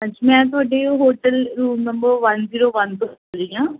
ਹਾਂਜੀ ਮੈਂ ਤੁਹਾਡੇ ਉਹ hotel room number one zero one ਤੋਂ ਬੋਲ ਰਹੀ ਹਾਂ